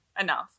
enough